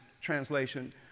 Translation